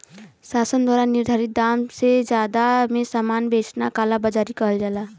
शासन द्वारा निर्धारित दाम से जादा में सामान बेचना कालाबाज़ारी कहलाला